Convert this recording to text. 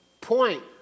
point